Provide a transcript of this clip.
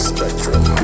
Spectrum